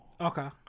Okay